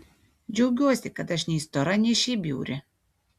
džiaugiuosi kad aš nei stora nei šiaip bjauri